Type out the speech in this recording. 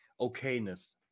okayness